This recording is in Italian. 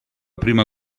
prima